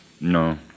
No